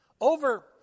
over